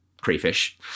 crayfish